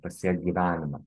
pasiekt gyvenime